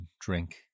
drink